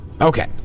Okay